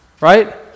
right